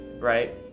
right